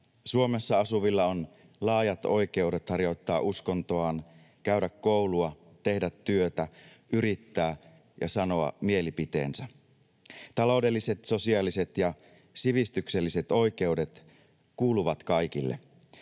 Suomessa asuvilla on laajat oikeudet harjoittaa uskontoaan, käydä koulua, tehdä työtä, yrittää ja sanoa mielipiteensä. Taloudelliset, sosiaaliset ja sivistykselliset oikeudet kuuluvat kaikille.